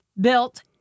built